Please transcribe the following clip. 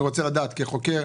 אני רוצה לדעת כחוקר,